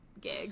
gig